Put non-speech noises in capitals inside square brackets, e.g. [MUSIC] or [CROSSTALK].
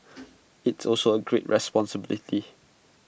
[NOISE] it's also A great responsibility